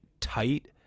tight